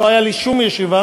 לא הייתה לי שום ישיבה,